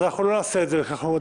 אז אנחנו לא נעשה את זה ככה,